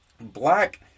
black